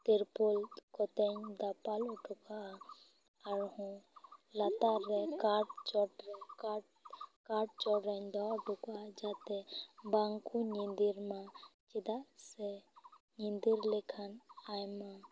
ᱛᱤᱨᱯᱚᱞ ᱠᱚᱛᱮᱧ ᱫᱟᱯᱟᱞ ᱦᱚᱴᱚᱠᱟᱜᱼᱟ ᱟᱨᱦᱚᱸ ᱞᱟᱛᱟᱨ ᱨᱮ ᱠᱟᱴ ᱪᱚᱴᱨᱮ ᱠᱟᱴ ᱠᱟᱴ ᱪᱚᱴᱨᱮᱧ ᱫᱚᱦᱚ ᱦᱚᱴᱚᱠᱟᱜᱼᱟ ᱡᱟᱛᱮ ᱵᱟᱝᱠᱚ ᱧᱤᱫᱤᱨᱢᱟ ᱪᱮᱫᱟ ᱥᱮ ᱧᱤᱫᱤᱨ ᱞᱮᱠᱷᱟᱱ ᱟᱭᱢᱟ